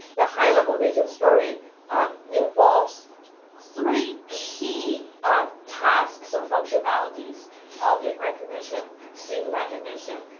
the high level vision story um involves three key tasks of functionalities object recognition, scene recognition,